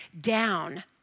down